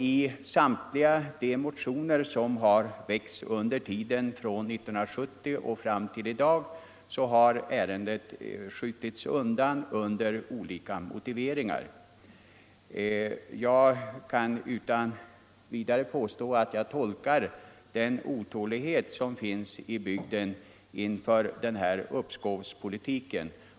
I samtliga motioner som väckts under tiden från 1970 fram till i dag har ärendet skjutits undan med olika motiveringar. Jag kan utan vidare påstå att jag tolkar den otålighet som råder i bygden så, att den har sin grund i denna uppskovspolitik.